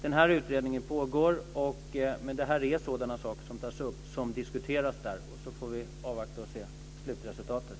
Denna utredning pågår, och sådana här saker tas upp och diskuteras där. Vi får avvakta och se slutresultatet.